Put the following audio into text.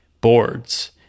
boards